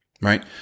right